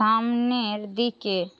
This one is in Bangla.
সামনের দিকে